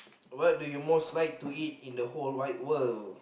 what do you most like to eat in the whole wide world